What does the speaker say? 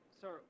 Sir